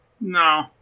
No